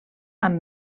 amb